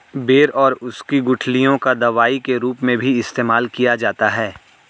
बेर और उसकी गुठलियों का दवाई के रूप में भी इस्तेमाल किया जाता है